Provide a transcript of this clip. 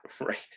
Right